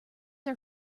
are